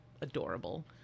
adorable